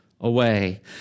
away